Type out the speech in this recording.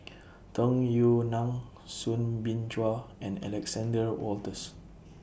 Tung Yue Nang Soo Bin Chua and Alexander Wolters